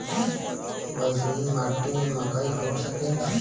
बलसूमी माटी में मकई हो सकेला?